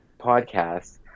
podcast